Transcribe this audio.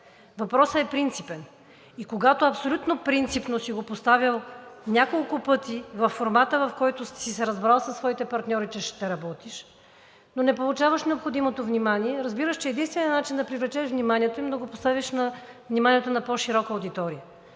Въпросът е принципен и когато абсолютно принципно си го поставял няколко пъти във формáта, в който си се разбрал със своите партньори, че ще работиш, но не получаваш необходимото внимание, разбираш, че единственият начин да привлечеш вниманието им е да го поставиш на вниманието на по-широка аудитория.